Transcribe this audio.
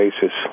basis